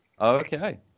Okay